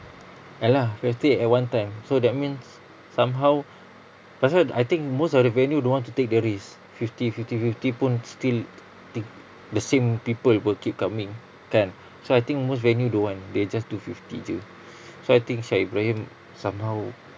ya lah fifty at one time so that means somehow pasal I think most of the venue don't want to take the risk fifty fifty fifty pun still t~ the same people [pe] keep coming kan so I think most venue don't want they just do fifty jer so I think shah ibrahim somehow